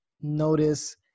notice